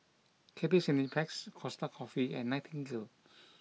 Cathay Cineplex Costa Coffee and Nightingale